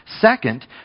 Second